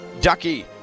Ducky